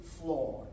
flawed